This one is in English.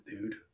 dude